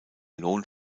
lohn